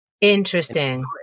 Interesting